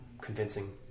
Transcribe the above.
convincing